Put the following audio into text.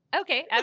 Okay